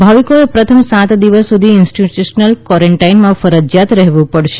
ભાવિકોએ પ્રથમ સાત દિવસ સુધી ઇન્સ્ટીટયુશનલ કવોરન્ટાઇનમાં ફરજીયાત રહેવુ પડશે